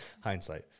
Hindsight